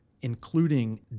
including